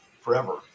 forever